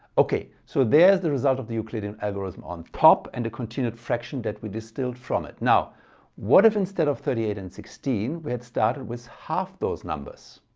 okay so there's the result of the euclidean algorithm on top and the continued fraction that we distilled from it. now what if instead of thirty eight and sixteen we had started with half those numbers.